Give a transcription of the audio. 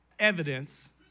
evidence